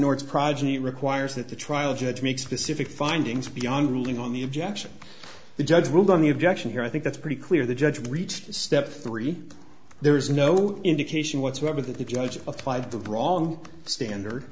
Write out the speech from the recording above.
progeny requires that the trial judge make specific findings beyond ruling on the objection the judge ruled on the objection here i think that's pretty clear the judge reached step three there is no indication whatsoever that the judge applied the wrong standard